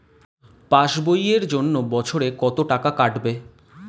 Pass বইয়ের জন্য বছরে কত টাকা কাটবে?